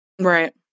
Right